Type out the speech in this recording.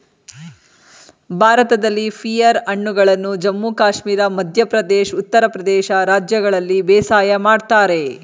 ಭಾರತದಲ್ಲಿ ಪಿಯರ್ ಹಣ್ಣುಗಳನ್ನು ಜಮ್ಮು ಕಾಶ್ಮೀರ ಮಧ್ಯ ಪ್ರದೇಶ್ ಉತ್ತರ ಪ್ರದೇಶ ರಾಜ್ಯಗಳಲ್ಲಿ ಬೇಸಾಯ ಮಾಡ್ತರೆ